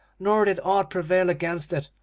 nor did aught prevail against it,